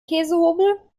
käsehobel